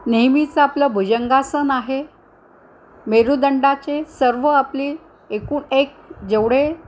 नेहमीचं आपलं भुजंगासन आहे मेरूदंडाचे सर्व आपली एकूण एक जेवढे